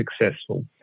successful